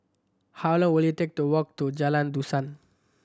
how long will it take to walk to Jalan Dusun